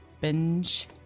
Binge